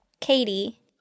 Katie